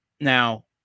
now